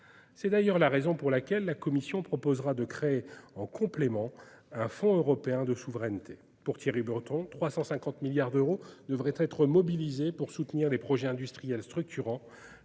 C'est d'ailleurs la raison pour laquelle la Commission proposera de créer en complément un fonds de souveraineté européen. Selon Thierry Breton, 350 milliards d'euros devraient être mobilisés pour soutenir les projets industriels structurants.